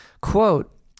Quote